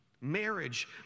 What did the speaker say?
marriage